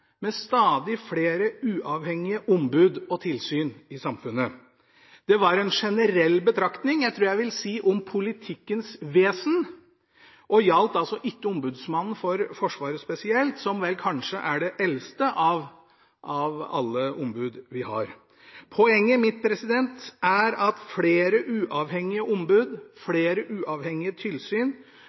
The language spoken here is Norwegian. med stadig flere uavhengige ombud og tilsyn i samfunnet. Det var en generell betraktning – jeg tror jeg vil si om politikkens vesen – og gjaldt altså ikke spesielt Ombudsmannen for Forsvaret, som kanskje er det eldste av alle ombud vi har. Poenget mitt er at flere uavhengige ombud, flere uavhengige tilsyn,